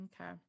okay